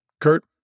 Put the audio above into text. Kurt